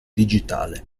digitale